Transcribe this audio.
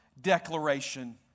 declaration